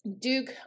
Duke